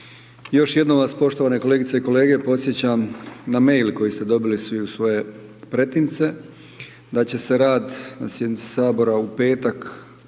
Još jednom vas poštovane kolegice i kolege podsjećam na e-mail koji ste dobili svi u svoje pretince, da će se rad na sjednici Sabora u petak